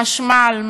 חשמל,